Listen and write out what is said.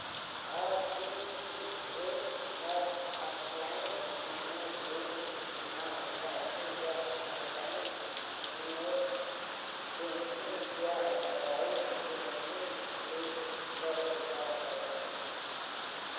RTGS ह offline माने bank म जाके या ऑनलाईन नेट बेंकिंग या मोबाईल बेंकिंग ले करे जा सकत हे